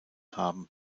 haben